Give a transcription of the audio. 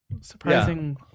surprising